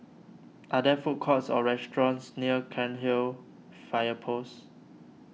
are there food courts or restaurants near Cairnhill Fire Post